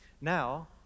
Now